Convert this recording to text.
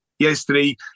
Yesterday